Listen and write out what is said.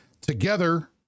together